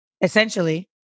essentially